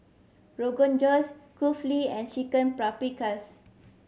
Rogan Josh Kulfi and Chicken Paprikas